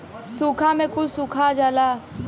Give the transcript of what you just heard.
सूखा में कुल सुखा जाला